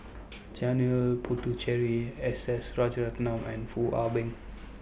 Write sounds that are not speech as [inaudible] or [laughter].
[noise] Janil Puthucheary S S [unintelligible] and Foo Ah Bee